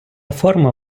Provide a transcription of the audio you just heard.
форма